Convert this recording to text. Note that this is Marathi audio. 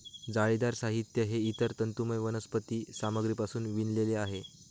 जाळीदार साहित्य हे इतर तंतुमय वनस्पती सामग्रीपासून विणलेले आहे